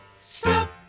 stop